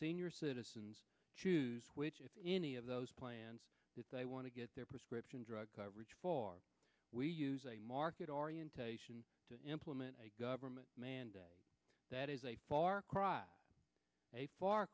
senior citizens which any of those plans that they want to get their prescription drug coverage we use a market orientation to implement a government mandate that is a far cry a far